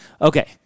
Okay